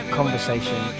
conversation